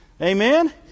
Amen